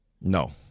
No